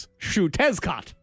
Shutezcot